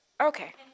Okay